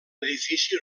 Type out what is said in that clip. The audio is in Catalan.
edifici